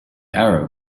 arrow